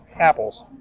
apples